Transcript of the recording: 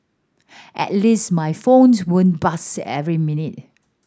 at least my phones won't buzz every minute